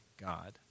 God